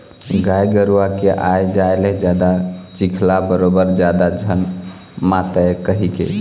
गाय गरूवा के आए जाए ले जादा चिखला बरोबर जादा झन मातय कहिके